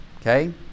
Okay